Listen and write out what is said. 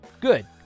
Good